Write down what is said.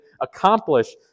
accomplish